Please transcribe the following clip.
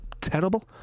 terrible